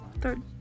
third